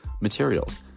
materials